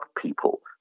people